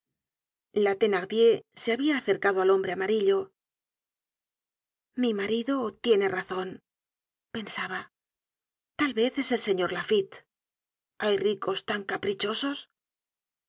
la thenardier se habia acercado al hombre amarillo mi marido tiene razon pensaba tal vez es el señor laffite hay ricos tan caprichosos